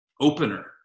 opener